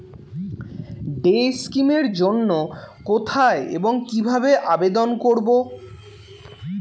Day scheme এর জন্য কোথায় এবং কিভাবে আবেদন করব?